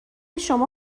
شما